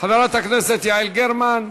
חברת הכנסת יעל גרמן.